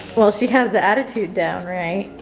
well she has the attitude down right?